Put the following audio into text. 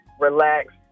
relax